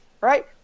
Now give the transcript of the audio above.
right